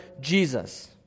Jesus